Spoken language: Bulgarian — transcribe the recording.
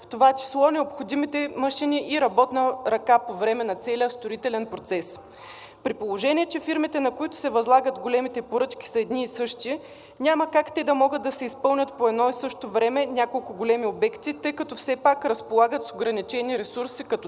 в това число необходимите машини и работна ръка по време на целия строителен процес. При положение че фирмите, на които се възлагат големите поръчки, са едни и същи, няма как те да могат да изпълнят по едно и също време няколко големи обекта, тъй като все пак разполагат с ограничени ресурси, като